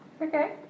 Okay